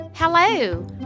Hello